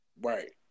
Right